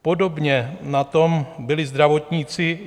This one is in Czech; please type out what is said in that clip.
Podobně na tom byli zdravotníci.